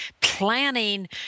planning